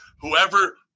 Whoever